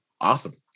Awesome